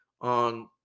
on